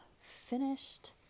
finished